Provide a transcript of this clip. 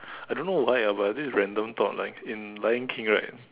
I don't know why ah but this is random thought like in Lion King right